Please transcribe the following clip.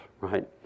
right